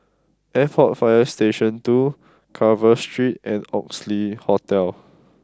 Arport Fire Station Two Carver Street and Oxley Hotel